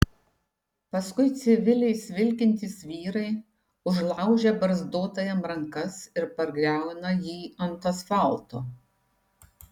paskui civiliais vilkintys vyrai užlaužia barzdotajam rankas ir pargriauna jį ant asfalto